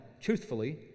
truthfully